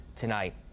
tonight